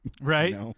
Right